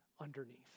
underneath